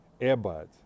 Airbuds